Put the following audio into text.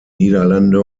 niederlande